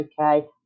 okay